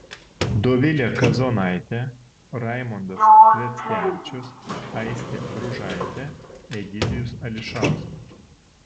dovilė kazonaitė raimondas sviackevičius aistė bružaitė egidijus ališauskas